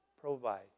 provide